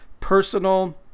personal